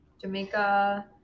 jamaica